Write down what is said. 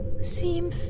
seem